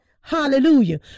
Hallelujah